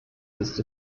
ist